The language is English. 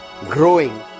growing